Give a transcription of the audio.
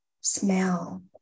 smell